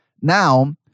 Now